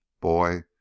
Boy